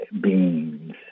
beings